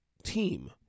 team